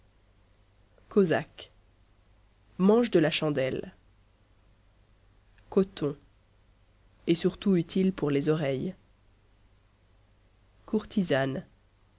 cosaques mangent de la chandelle coton est surtout utile pour les oreilles courtisane